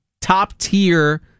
top-tier